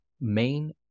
main